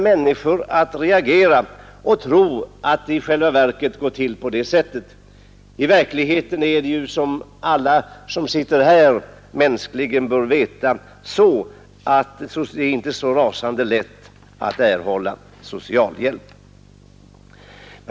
Man tror att det brukar gå till på det sättet, men i verkligheten är det ju, som alla som sitter här rimligen bör veta, inte så rasande lätt att erhålla socialhjälp.